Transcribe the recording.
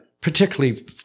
particularly